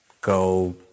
go